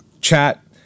chat